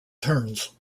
turns